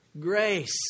grace